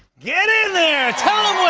get in there! tell